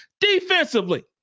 Defensively